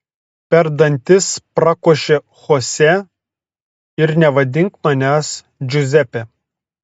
per dantis prakošė chose ir nevadink manęs džiuzepe